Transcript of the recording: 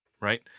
right